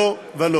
לא ולא